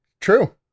True